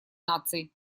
наций